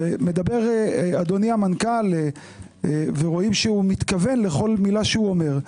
מדבר אדוני המנכ"ל ורואים שהוא מתכוון לכל מילה שאומר,